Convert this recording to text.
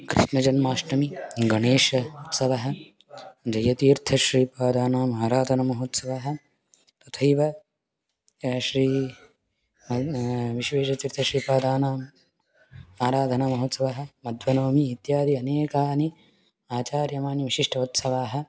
कृष्णजन्माष्टमी गणेश उत्सवः जयतीर्थ श्रीपादानाम् आराधनमहोत्सवः तथैव यः श्री विश्वेशतीर्थश्रीपादानाम् आराधनामहोत्सवः मध्वनवमी इत्यादयः अनेकाः आचर्यमाणाः विशिष्टोत्सवाः